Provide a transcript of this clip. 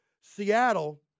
Seattle